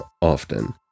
often